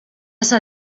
s’ha